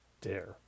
dare